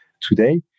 today